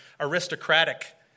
aristocratic